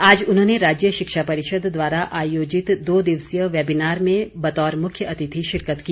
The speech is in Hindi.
आज उन्होंने राज्य शिक्षा परिषद द्वारा आयोजित दो दिवसीय वैबिनार में बतौर मुख्य अतिथि शिरकत की